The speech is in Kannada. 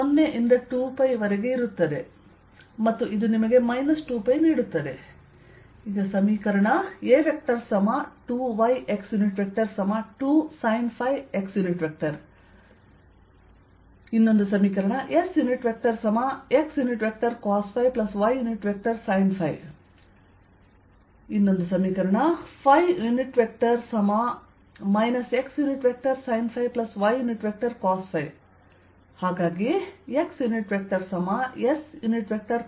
ಇದು 2 ಇಂಟೆಗ್ರಲ್sin2ϕ dϕ ಇಲ್ಲಿ dϕ 0 ಇಂದ 2π ವರೆಗೆ ಇರುತ್ತದೆ ಮತ್ತು ಇದು ನಿಮಗೆ 2π ನೀಡುತ್ತದೆ